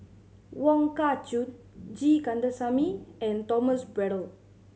Wong Kah Chun G Kandasamy and Thomas Braddell